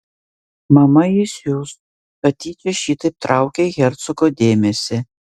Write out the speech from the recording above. mama įsius kad tyčia šitaip traukei hercogo dėmesį